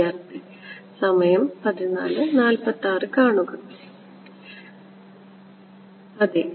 അതെ